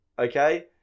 okay